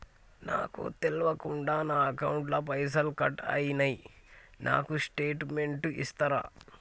నాకు తెల్వకుండా నా అకౌంట్ ల పైసల్ కట్ అయినై నాకు స్టేటుమెంట్ ఇస్తరా?